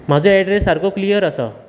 म्हाजो एडरेस सारको क्लीयर आसा